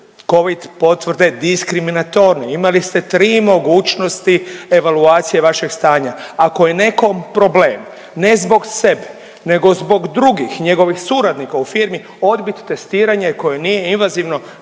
Covid potvrde diskriminatorne, imali ste 3 mogućnosti evaluacije vašeg stanja, ako je nekom problem ne zbog sebe nego zbog drugih njegovih suradnika u firmi odbiti testiranje koje nije invazivno,